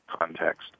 context